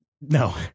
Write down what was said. No